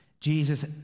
Jesus